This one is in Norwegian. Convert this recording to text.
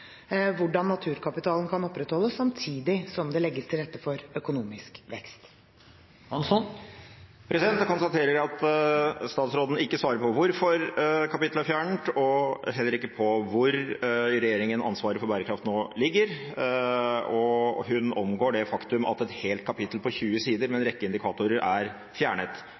Jeg konstaterer at statsråden ikke svarer på hvorfor kapittelet er fjernet, og heller ikke på hvor i regjeringen ansvaret for bærekraft nå ligger, og hun omgår det faktum at et helt kapittel på 20 sider med en rekke indikatorer er fjernet.